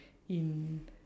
in